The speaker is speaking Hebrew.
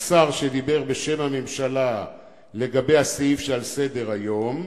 השר שדיבר בשם הממשלה לגבי הסעיף שעל סדר-היום,